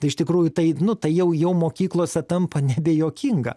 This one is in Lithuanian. tai iš tikrųjų tai nu tai jau mokyklose tampa nebejuokinga